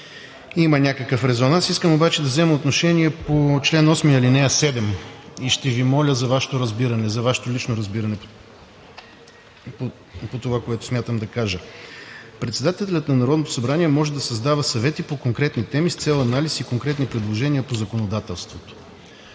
Има някакъв резонанс. Аз искам обаче да взема отношение по чл. 8, ал. 7 и ще Ви моля за Вашето разбиране, за Вашето лично разбиране по това, което смятам да кажа. „Председателят на Народното събрание може да създава съвети по конкретни теми с цел анализ и конкретни предложения по законодателството.“